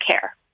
care